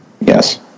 Yes